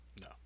No